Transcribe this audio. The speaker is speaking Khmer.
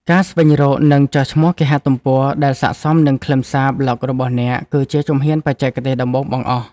ការស្វែងរក និងចុះឈ្មោះគេហទំព័រ ដែលសក្ដិសមនឹងខ្លឹមសារប្លក់របស់អ្នក គឺជាជំហានបច្ចេកទេសដំបូងបង្អស់។